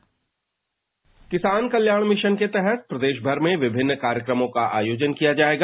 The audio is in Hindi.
एक रिपोर्ट किसान कल्याण मिशन के तहत प्रदेश भर में विभिन्न कार्यक्रमों का आयोजन किया जाएगा